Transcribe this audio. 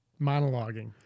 monologuing